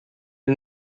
are